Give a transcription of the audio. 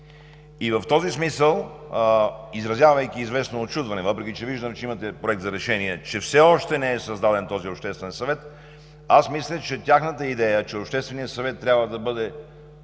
В този смисъл, изразявайки известно учудване, въпреки че виждам, че имате проект за решение, че все още не е създаден този обществен съвет, аз мисля, че Общественият съвет трябва да бъде